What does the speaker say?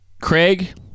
Craig